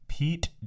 Pete